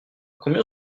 combien